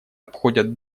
обходят